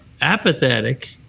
apathetic